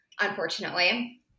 unfortunately